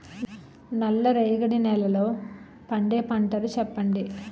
నల్ల రేగడి నెలలో పండే పంటలు చెప్పండి?